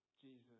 Jesus